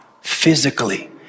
Physically